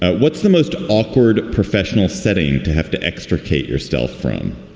ah what's the most awkward professional setting to have to extricate yourself from?